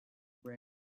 brain